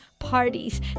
parties